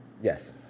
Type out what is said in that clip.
Yes